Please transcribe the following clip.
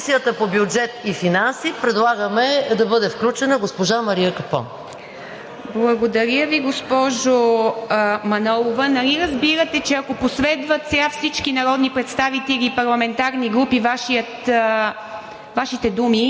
В Комисията по бюджет и финанси предлагаме да бъде включена госпожа Мария Капон. ПРЕДСЕДАТЕЛ ИВА МИТЕВА: Благодаря Ви, госпожо Манолова. Нали разбирате, че ако последват сега всички народни представители и парламентарни групи Вашите